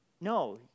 no